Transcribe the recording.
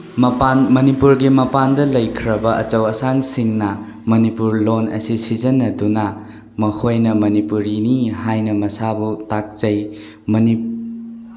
ꯃꯅꯤꯄꯨꯔꯒꯤ ꯃꯄꯥꯟꯗ ꯂꯩꯈ꯭ꯔꯕ ꯑꯆꯧ ꯑꯁꯥꯡꯁꯤꯡꯅ ꯃꯅꯤꯄꯨꯔ ꯂꯣꯜ ꯑꯁꯤ ꯁꯤꯖꯤꯟꯅꯗꯨꯅ ꯃꯈꯣꯏꯅ ꯃꯅꯤꯄꯨꯔꯤꯅꯤ ꯍꯥꯏꯅ ꯃꯁꯥꯅ ꯇꯥꯛꯆꯩ